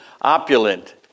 opulent